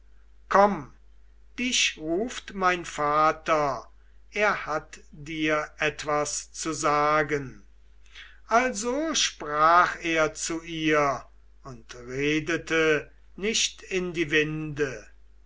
komm dich ruft mein vater er hat dir etwas zu sagen also sprach er zu ihr und redete nicht in die winde